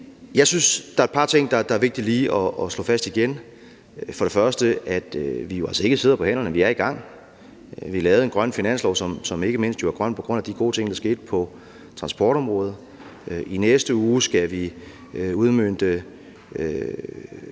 Jeg synes, at der er et par ting, der er vigtige lige at slå fast igen. For det første sidder vi jo altså ikke på hænderne – vi er i gang. Vi lavede en grøn finanslov, som jo ikke mindst er grøn på grund af de gode ting, der skete på transportområdet. I næste uge skal vi udmønte